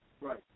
Right